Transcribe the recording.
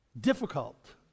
difficult